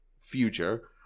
future